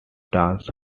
dance